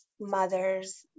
mothers